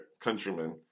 countrymen